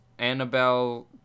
Annabelle